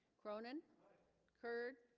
cronin kurd